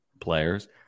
players